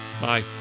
Bye